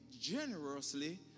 generously